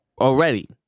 already